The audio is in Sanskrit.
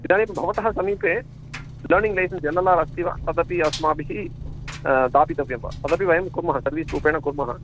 इदानीं भवतः समीपे learning licence L L R अस्ति वा तदपि अस्माभिः दापितव्यं वा तदपि वयं कुर्मः सर्वीस् रूपेण कुर्मः